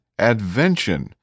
Advention